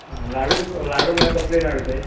लाडू लाडू म्हळ्यार कसले लाडू ते